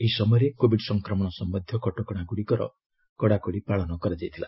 ଏହି ସମୟରେ କୋବିଡ୍ ସଂକ୍ରମଣ ସମ୍ୟନ୍ଧୀୟ କଟକଣାଗୁଡ଼ିକର ପାଳନ କରାଯାଇଥିଲା